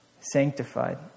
sanctified